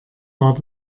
war